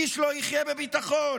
איש לא יחיה בביטחון.